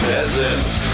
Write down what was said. Peasants